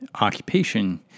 occupation